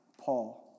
Paul